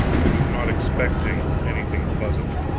and was not expecting anything pleasant.